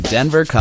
Denver